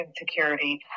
insecurity